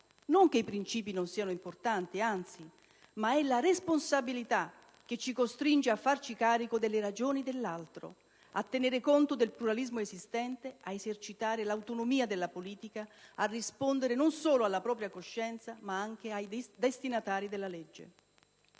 Non che i princìpi non siano importanti, anzi. È però la responsabilità che ci costringe a farci carico delle ragioni dell'altro, a tenere conto del pluralismo esistente, a esercitare l'autonomia della politica e a rispondere non solo alla propria coscienza, ma anche ai destinatari della legge.